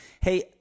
Hey